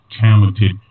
talented